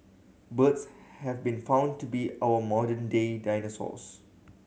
birds have been found to be our modern day dinosaurs